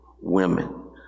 women